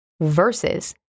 versus